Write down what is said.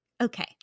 Okay